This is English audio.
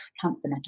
cancer